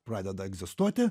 pradeda egzistuoti